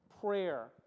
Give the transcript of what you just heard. Prayer